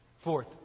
Fourth